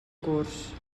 curs